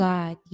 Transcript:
God